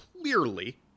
clearly